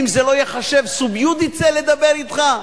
האם זה לא ייחשב סוביודיצה לדבר אתך?